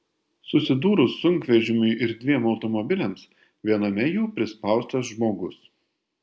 susidūrus sunkvežimiui ir dviem automobiliams viename jų prispaustas žmogus